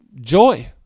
Joy